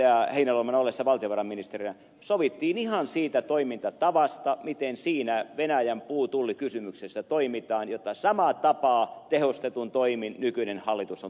heinäluoman ollessa valtiovarainministerinä sovimme ihan siitä toimintatavasta miten siinä venäjän puutullikysymyksessä toimitaan ja samaa tapaa tehostetuin toimin nykyinen hallitus on toteuttanut